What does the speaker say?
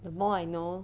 the more I know